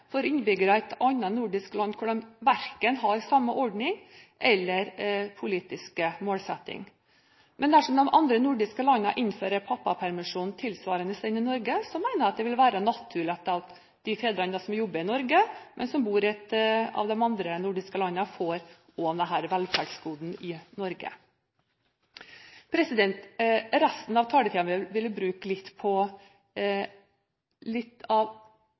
for innbyggere i et annet nordisk land, hvor de verken har samme ordning eller samme politiske målsetting. Men dersom de andre nordiske landene innfører pappapermisjon tilsvarende den i Norge, mener jeg det vil være naturlig at de fedrene som jobber i Norge, men som bor i et av de andre nordiske landene, får dette velferdsgodet også i Norge. Resten av taletiden min vil jeg bruke på noen av